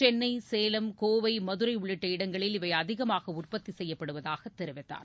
சென்னை சேலம் கோவை மதுரை உள்ளிட்ட இடங்களில் இவை அதிகமாக உற்பத்தி செய்யப்படுவதாக தெரிவித்தார்